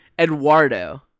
Eduardo